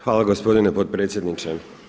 Hvala gospodine potpredsjedniče.